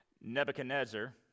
Nebuchadnezzar